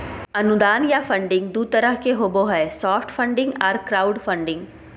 अनुदान या फंडिंग दू तरह के होबो हय सॉफ्ट फंडिंग आर क्राउड फंडिंग